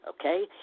okay